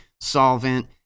solvent